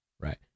right